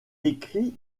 écrit